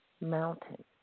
mountain